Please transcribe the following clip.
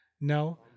Now